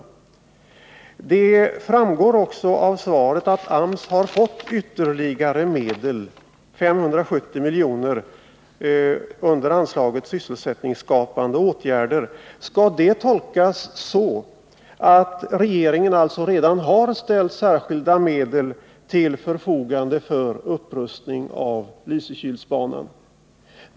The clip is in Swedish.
Av svaret framgår också att AMS har fått ytterligare medel, 570 milj.kr., under anslaget Sysselsättningsskapande åtgärder. Skall detta tolkas så, att regeringen redan har ställt särskilda medel till förfogande för upprustning av Lysekilsbanan?